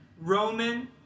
Roman